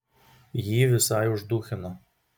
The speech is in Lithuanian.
jį visai užduchino